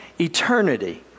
eternity